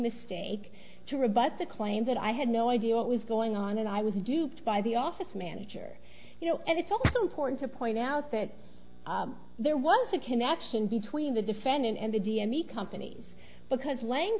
mistake to rebut the claim that i had no idea what was going on and i was duped by the office manager you know and it's also important to point out that there was a connection between the defendant and the d m d companies because la